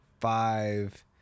five